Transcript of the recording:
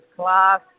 class